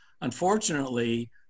Unfortunately